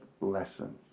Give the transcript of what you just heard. lesson